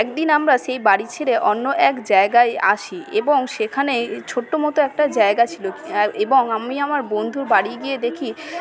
একদিন আমরা সেই বাড়ি ছেড়ে অন্য এক জায়গায় আসি এবং সেখানে ছোট্ট মতো একটা জায়গা ছিল এ এবং আমি আমার বন্ধুর বাড়ি গিয়ে দেখি